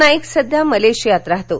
नाईक सध्या मलेशियात राहतो